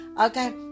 Okay